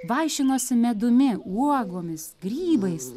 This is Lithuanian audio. vaišinosi medumi uogomis grybais